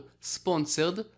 sponsored